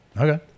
Okay